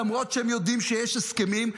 למרות שהם יודעים שיש הסכמים?